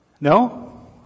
No